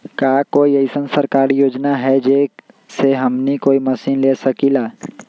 का कोई अइसन सरकारी योजना है जै से हमनी कोई मशीन ले सकीं ला?